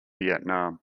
vietnam